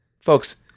Folks